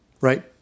right